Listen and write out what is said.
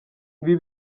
ibi